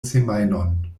semajnon